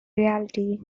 reality